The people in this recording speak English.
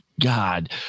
God